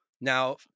now